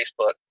Facebook